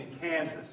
kansas